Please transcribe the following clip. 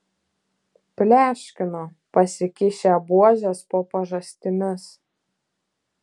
pleškino pasikišę buožes po pažastimis